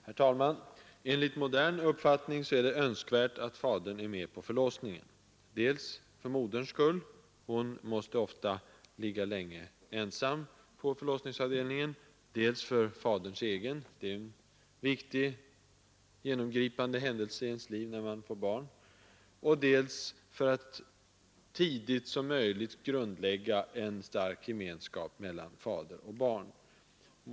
Herr talman! Enligt modern uppfattning är det önskvärt att fadern är med vid förlossningen, dels för moderns skull, hon måste ofta ligga länge ensam på förlossningsavdelningen, dels för faderns egen skull — det är en viktig och genomgripande händelse i livet när man får barn — dels ock för att så tidigt som möjligt grundlägga en stark gemenskap mellan fader och barn.